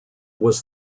was